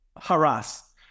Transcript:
harass